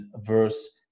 verse